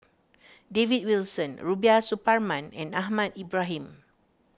David Wilson Rubiah Suparman and Ahmad Ibrahim